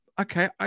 okay